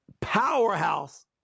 powerhouse